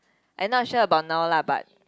I not sure about now lah but